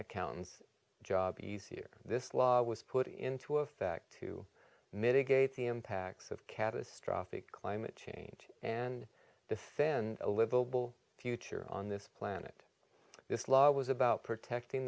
accountants job easier this law was put into effect to mitigate the impacts of catastrophic climate change and defend a livable future on this planet this law was about protecting